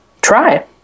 try